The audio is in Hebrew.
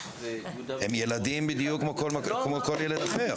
כבושים ויהודה ושומרון --- הם ילדים בדיוק כמו כל ילד אחר.